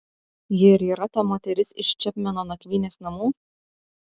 ji ir yra ta moteris iš čepmeno nakvynės namų